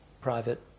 private